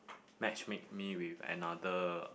match make me with another